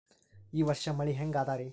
ಈ ವರ್ಷ ಮಳಿ ಹೆಂಗ ಅದಾರಿ?